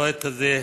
בבית הזה.